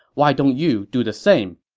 why don't you do the same?